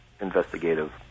investigative